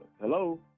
hello